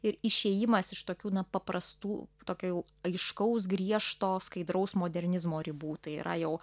ir išėjimas iš tokių na paprastų tokio jau aiškaus griežto skaidraus modernizmo ribų tai yra jau